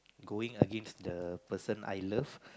going against the person I love